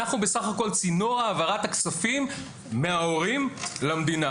אנחנו בסך הכול צינור העברת הכספים מההורים למדינה.